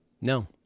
No